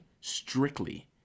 strictly